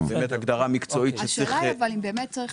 הגדרה מקצועית שצריכה -- השאלה אבל אם באמת צריך